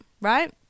right